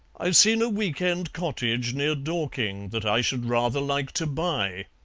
i've seen a week-end cottage near dorking that i should rather like to buy,